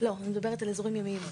אני מדברת על אזורים ימיים,